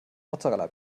mozzarella